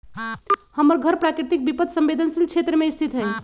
हमर घर प्राकृतिक विपत संवेदनशील क्षेत्र में स्थित हइ